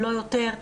לא יותר,